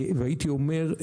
הייתי אומר,